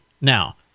now